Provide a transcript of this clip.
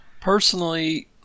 personally